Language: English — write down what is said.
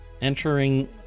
Entering